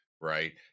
right